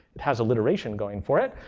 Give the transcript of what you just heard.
it has alliteration going for it.